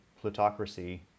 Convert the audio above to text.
plutocracy